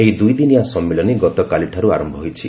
ଏହି ଦୁଇଦିନିଆ ସମ୍ମିଳନୀ ଗତକାଲିଠାରୁ ଆରୟ ହୋଇଛି